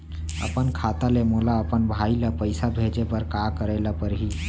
अपन खाता ले मोला अपन भाई ल पइसा भेजे बर का करे ल परही?